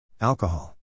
Alcohol